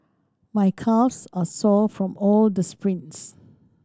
my calves are sore from all the sprints